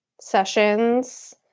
sessions